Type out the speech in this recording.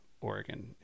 Oregon